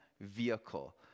vehicle